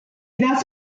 thus